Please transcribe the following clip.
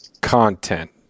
content